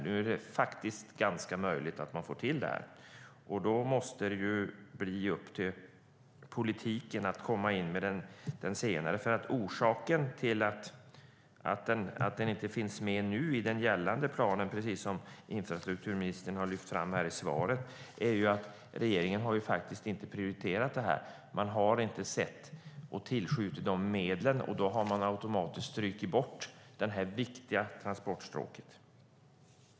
Nu är det ganska möjligt att man får till det här, och då måste det bli upp till politiken att komma in med den senare. Orsaken till att den, precis som infrastrukturministern lyfte fram i svaret, inte finns med i den gällande planen är att regeringen faktiskt inte har prioriterat det här. Man har inte sett och tillskjutit medlen, och då har man automatiskt strukit det här viktiga transportstråket.